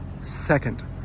Second